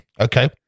Okay